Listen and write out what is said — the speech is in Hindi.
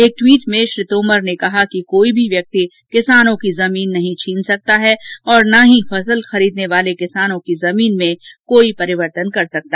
एक ट्वीट में श्री तोमर ने कहा कि कोई भी व्यक्ति किसानों की जमीन नहीं छीन सकता और ना ही फसल खरीदने वाले किसानों की जमीन में कोई परिवर्तन नहीं कर सकता